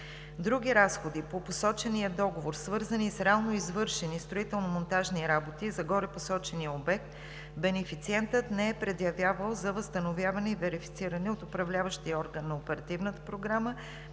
Други разходи по посочения договор, свързани с реално извършени строително-монтажни работи за горепосочения обект, бенефициентът не е предявявал за възстановяване и верифициране от управляващия орган на Оперативната програма,